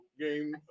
game